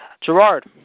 Gerard